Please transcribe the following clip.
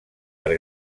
per